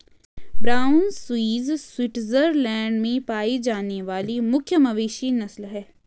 brown Swiss Switzerland में पाई जाने वाली मुख्य मवेशी नस्ल है